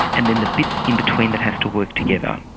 and then the bits in between that have to work together.